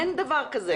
אין דבר כזה.